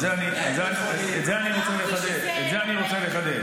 את זה אני רוצה לחדד,